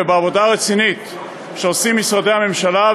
בעבודה הרצינית שעושים משרדי הממשלה,